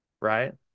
right